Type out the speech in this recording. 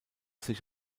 sich